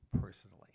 personally